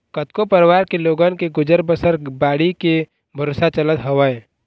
कतको परवार के लोगन के गुजर बसर बाड़ी के भरोसा चलत हवय